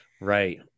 Right